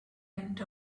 went